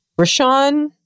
Rashawn